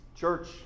Church